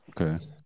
Okay